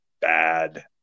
bad